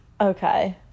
Okay